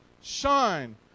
shine